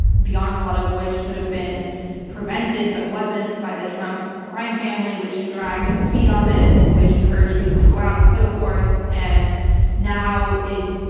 the onslaught of which could have been prevented but wasn't by the trump crime family, which dragged its feet on this, which encouraged people to go out and so forth, and now is,